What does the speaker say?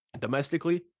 Domestically